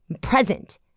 present